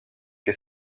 que